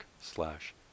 slash